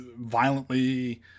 violently